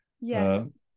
Yes